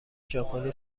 ژاپنی